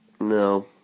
no